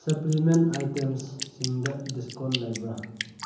supplement ꯑꯥꯏꯇꯦꯝꯁꯁꯤꯡꯗ discount ꯂꯩꯕ꯭ꯔꯥ